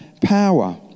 power